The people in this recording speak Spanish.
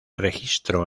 registro